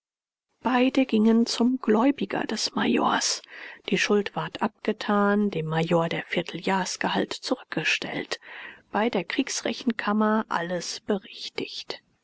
beide gingen zum gläubiger des majors die schuld ward abgetan dem major der vierteljahrsgehalt zurückgestellt bei der kriegsrechenkammer alles berichtigt